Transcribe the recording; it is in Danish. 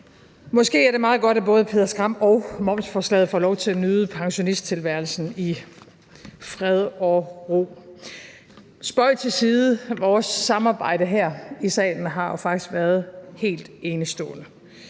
Måske er det meget godt, at både »Peder Skram« og momsforslaget får lov til at nyde pensionisttilværelsen i fred og ro. Spøg til side. Vores samarbejde her i salen har jo faktisk været helt enestående.